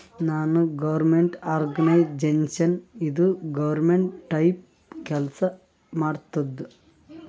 ನಾನ್ government organisation ಇದು government type ಕೆಲ್ಸಾ ಮಾಡತ್ತುದ್